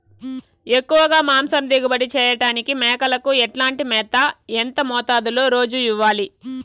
ఎక్కువగా మాంసం దిగుబడి చేయటానికి మేకలకు ఎట్లాంటి మేత, ఎంత మోతాదులో రోజు ఇవ్వాలి?